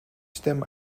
stem